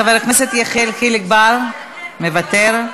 חבר הכנסת יחיאל חיליק בר, מוותר,